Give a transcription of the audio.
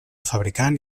fabricant